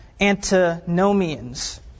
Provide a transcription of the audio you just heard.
antinomians